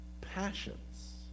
passions